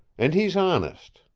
and he's honest.